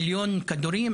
מיליון כדורים,